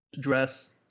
dress